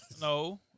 No